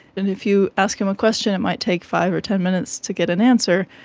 and if you ask him a question it might take five or ten minutes to get an answer.